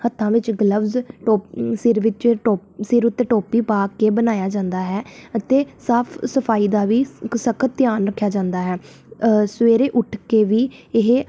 ਹੱਥਾਂ ਵਿੱਚ ਗਲਬਜ਼ ਟੋ ਸਿਰ ਵਿੱਚ ਟੋ ਸਿਰ ਉੱਤੇ ਟੋਪੀ ਪਾ ਕੇ ਬਣਾਇਆ ਜਾਂਦਾ ਹੈ ਅਤੇ ਸਾਫ਼ ਸਫ਼ਾਈ ਦਾ ਵੀ ਸਖ਼ਤ ਧਿਆਨ ਰੱਖਿਆ ਜਾਂਦਾ ਹੈ ਸਵੇਰੇ ਉੱਠ ਕੇ ਵੀ ਇਹ